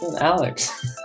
Alex